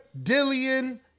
dillian